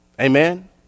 Amen